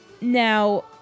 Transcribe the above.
Now